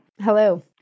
Hello